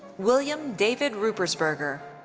william david ruppersberger.